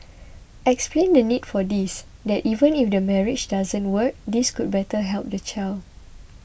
explain the need for this that even if the marriage doesn't work this could better help the child